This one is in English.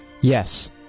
Yes